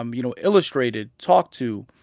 um you know, illustrated, talked to,